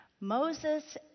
Moses